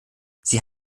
sie